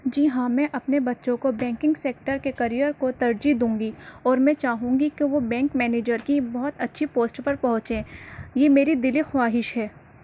جی ہاں میں اپنے بچوں کو بینکنگ سیکٹر کے کریئر کو ترجیح دوں گی اور میں چاہوں گی کہ وہ بینک مینیجر کی بہت اچھی پوسٹ پر پہنچیں یہ میری دلی خواہش ہے